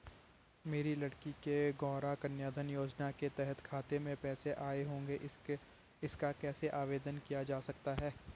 मेरी लड़की के गौंरा कन्याधन योजना के तहत खाते में पैसे आए होंगे इसका कैसे आवेदन किया जा सकता है?